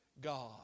God